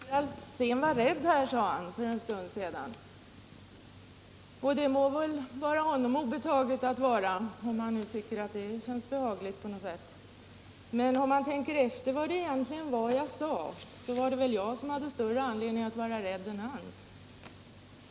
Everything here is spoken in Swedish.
Herr talman! Herr Alsén var rädd, sade han för en stund sedan, och det må väl vara honom obetaget, om han tycker att det känns behagligt på något sätt. Men om han tänker efter vad det egentligen var jag sade, så borde han tycka att jag har större anledning att vara rädd än han.